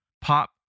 pop